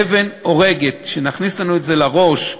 אבן הורגת, נכניס את זה לנו לראש,